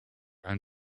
and